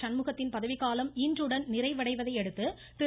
சண்முகத்தின் பதவிக்காலம் இன்றுடன் நிறைவடைவதை அடுத்து திரு